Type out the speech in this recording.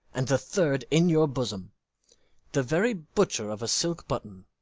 and the third in your bosom the very butcher of a silk button,